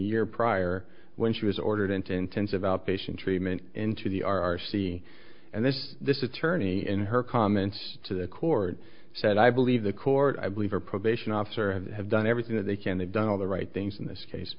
year prior when she was ordered into intensive outpatient treatment into the r r c and this this attorney in her comments to the court said i believe the court i believe her probation officer have done everything that they can they've done all the right things in this case